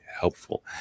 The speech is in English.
helpful